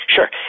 Sure